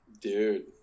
Dude